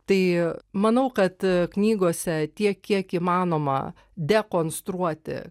tai manau kad knygose tiek kiek įmanoma dekonstruoti